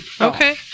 Okay